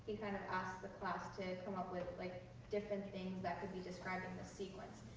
he kind of asked the class to come up with like different things that could be described in the sequence.